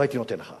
לא הייתי נותן לך.